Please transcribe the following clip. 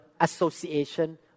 association